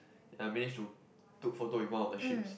and I manage to took photo with one of the sheeps